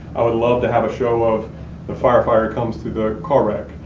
i would love to have a show of the firefighter comes through the car wreck,